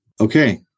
okay